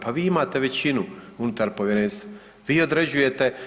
Pa vi imate većinu unutar povjerenstva, vi određujete.